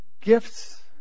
Gifts